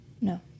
No